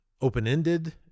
open-ended